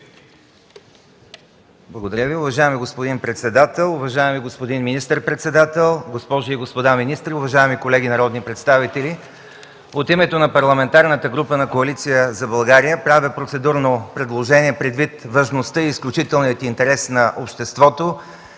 Благодаря Ви, уважаеми господин председател. Уважаеми господин министър-председател, госпожи и господа министри, уважаеми колеги народни представители! От името на Парламентарната група на Коалиция за България правя процедурно предложение предвид важността и изключителния интерес на обществото